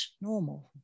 normal